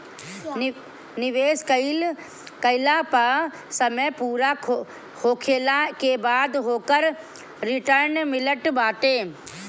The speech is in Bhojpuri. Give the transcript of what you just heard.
निवेश कईला पअ समय पूरा होखला के बाद ओकर रिटर्न मिलत बाटे